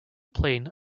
plane